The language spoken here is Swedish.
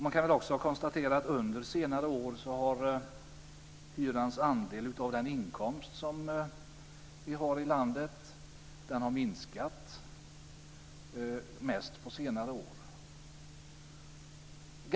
Man kan också konstatera att hyrans andel av den inkomst som vi har i landet har minskat - mest på senare år.